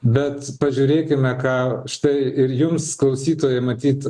bet pažiūrėkime ką štai ir jums klausytojai matyt